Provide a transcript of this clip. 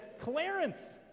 Clarence